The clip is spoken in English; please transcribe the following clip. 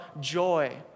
joy